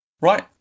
Right